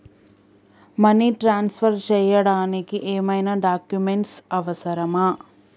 Money transfer చేయడానికి ఏమైనా documents అవసరమా?